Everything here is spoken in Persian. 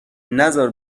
نزار